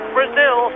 Brazil